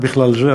הן בכלל זה,